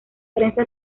prensa